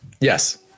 Yes